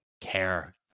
care